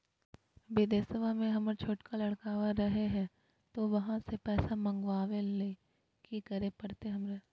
बिदेशवा में हमर छोटका लडकवा रहे हय तो वहाँ से पैसा मगाबे ले कि करे परते हमरा?